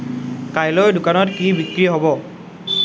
কাইলৈ দোকানত কি বিক্ৰী হ'ব